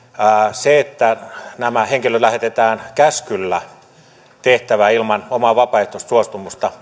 se että nämä henkilöt lähetetään käskyllä tehtävään ilman omaa vapaaehtoista suostumusta